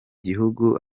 gihugu